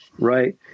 right